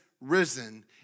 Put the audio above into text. risen